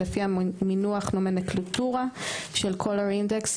לפי המינוח (נוֹמֶנְקְלָטוּרָה) של CI) colour index),